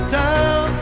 down